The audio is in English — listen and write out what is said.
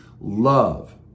love